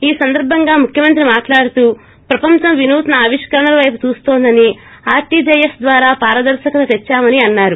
ఈ సందర్భంగా ముఖ్యమంత్రి మాట్లాడుతూ ప్రపంచం వినూత్న ఆవిష్కరణలవైపు చూస్తోందని ఆర్టీజీఎస్ ద్వారా పారదర్రకత తెచ్చామని అన్నారు